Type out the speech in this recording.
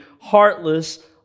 heartless